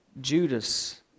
Judas